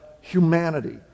humanity